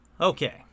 Okay